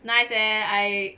nice leh I